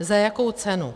Za jakou cenu?